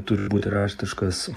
turi būti raštiškas